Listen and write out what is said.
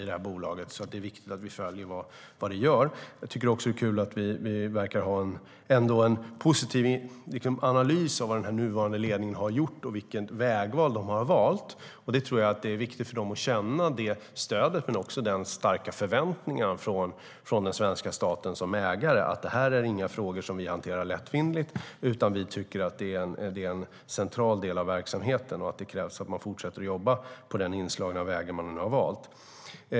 Det är därför viktigt att vi följer vad det gör. Jag tycker att det är kul att vi ändå verkar ha en positiv analys av vad den nuvarande ledningen har gjort och vilken väg de har valt. Det är viktigt för dem att känna vårt stöd men också de starka förväntningar som den svenska staten har som ägare på att detta inte är frågor som vi hanterar lättvindigt. Vi tycker att de är en central del av verksamheten och att det krävs att man fortsätter att jobba på den inslagna väg man har valt.